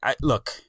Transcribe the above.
look